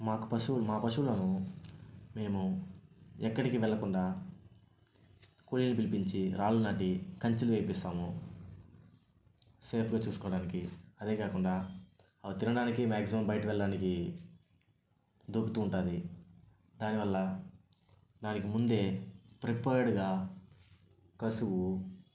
మాకు పశువులు మా పశువులను మేము ఎక్కడికి వెళ్ళకుండా కూలీలను పిలిపించి రాళ్లు నాటి కంచెలను వేపిస్తాము సేఫ్గా చూసుకోవడానికి అంతేకాకుండా తినడానికి మాక్సిమం బయటికి వెళ్లడానికి దూకుతూ ఉంటుంది దానివల్ల దానికి ముందే ప్రిపేర్డ్గా కసువు